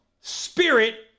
Spirit